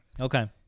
Okay